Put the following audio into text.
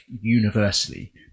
universally